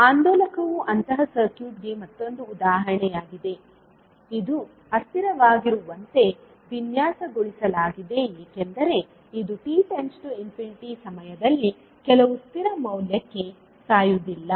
ಆಂದೋಲಕವು ಅಂತಹ ಸರ್ಕ್ಯೂಟ್ಗೆ ಮತ್ತೊಂದು ಉದಾಹರಣೆಯಾಗಿದೆ ಇದು ಅಸ್ಥಿರವಾಗಿರುವಂತೆ ವಿನ್ಯಾಸಗೊಳಿಸಲಾಗಿದೆ ಏಕೆಂದರೆ ಇದು t→∞ ಸಮಯದಲ್ಲಿ ಕೆಲವು ಸ್ಥಿರ ಮೌಲ್ಯಕ್ಕೆ ಸಾಯುವುದಿಲ್ಲ